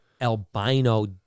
albino